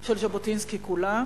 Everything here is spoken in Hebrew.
של ז'בוטינסקי כולה.